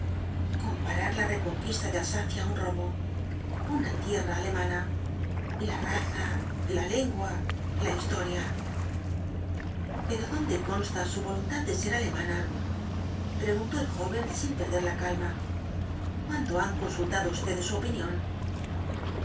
comparar la reconquista de alsacia á un robo una tierra alemana la raza la lengua la historia pero dónde consta su voluntad de ser alemana preguntó el joven sin perder la calma guando han consultado ustedes su opinión